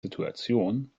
situation